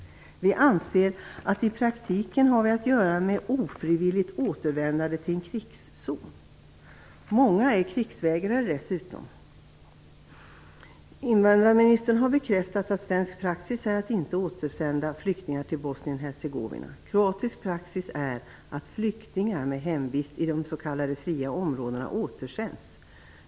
Vi anser att vi i praktiken har att göra med ofrivilligt återvändande till en krigszon. Många är dessutom krigsvägrare. Invandrarministern har bekräftat att svensk praxis är att inte återsända flyktingar till Bosnien Hercegovina. Kroatisk praxis är att flyktingar med hemvist i de s.k. fria områdena återsänds.